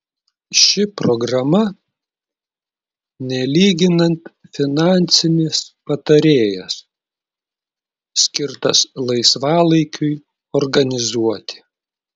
ši programa nelyginant finansinis patarėjas skirtas laisvalaikiui organizuoti